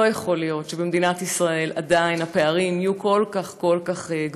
לא יכול להיות שבמדינת ישראל עדיין הפערים יהיו כל כך גדולים,